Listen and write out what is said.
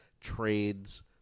Trades